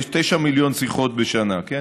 יש 9 מיליון שיחות בשנה, כן?